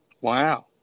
Wow